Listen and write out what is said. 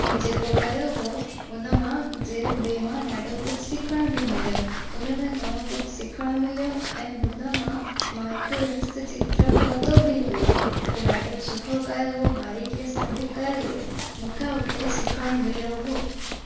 जेको कयो हुओ हुन मां जे ॿिए मां ॾाढो कुझु सिखण बि मिलियो हुन में घणो कुझु सिखणु मिलियो ऐं हुन मां मां हिकु हस्तचित्रक वरितो बि हुओ उहो ॾाढो सुठो कयल हुओ बारीकीअ सां बि कयल हुओ मूंखे हुते सिखणु मिलियो हुओ